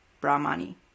Brahmani